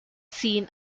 seen